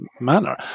manner